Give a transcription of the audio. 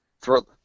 Throw